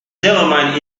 gentleman